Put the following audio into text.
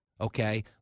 Okay